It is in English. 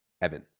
Evan